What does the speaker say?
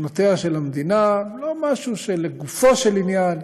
שנותיה של המדינה, לא משהו שלגופו של עניין